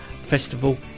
Festival